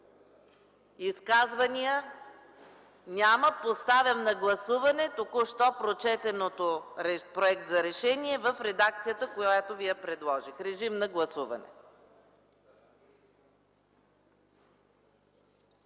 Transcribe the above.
Изказвания? Няма. Поставям на гласуване току-що прочетения проект за решение в редакцията, която ви предложих. Гласували